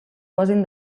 posin